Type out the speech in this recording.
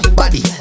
body